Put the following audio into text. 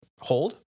hold